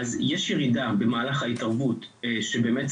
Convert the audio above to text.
אז יש ירידה במהלך ההתערבות שבאמת